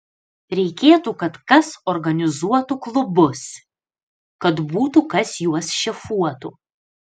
reikėtų kad kas organizuotų klubus kad būtų kas juos šefuotų